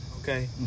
Okay